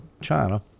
China